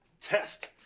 test